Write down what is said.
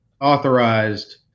authorized